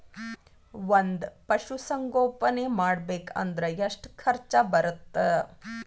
ಒಂದ್ ಪಶುಸಂಗೋಪನೆ ಮಾಡ್ಬೇಕ್ ಅಂದ್ರ ಎಷ್ಟ ಖರ್ಚ್ ಬರತ್ತ?